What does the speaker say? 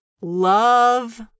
love